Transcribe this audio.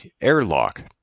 airlock